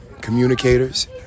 communicators